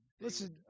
Listen